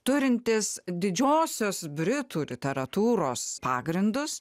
turintis didžiosios britų literatūros pagrindus